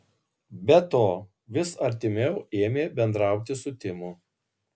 be to vis artimiau ėmė bendrauti su timu